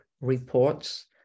reports